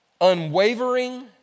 Unwavering